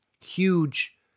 huge